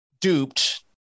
duped